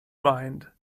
mind